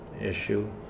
issue